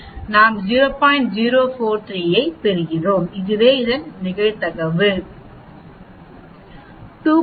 043 ஐப் பெறுங்கள் இது நிகழ்தகவு 2